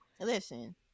Listen